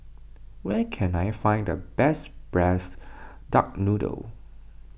where can I find the best Braised Duck Noodle